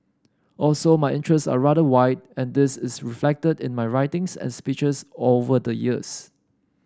also my interests are rather wide and this is reflected in my writings and speeches all over the years